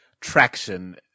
traction